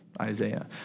Isaiah